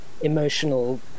emotional